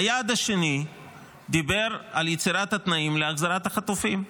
היעד השני דיבר על יצירת התנאים להחזרת החטופים,